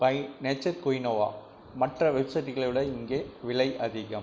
by nature quinoa மற்ற வெப்சைட்டுகளை விட இங்கே விலை அதிகம்